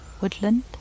woodland